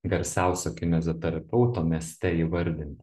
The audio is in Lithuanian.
garsiausio kineziterapeuto mieste įvardinti